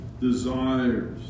desires